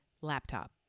laptop